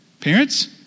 Parents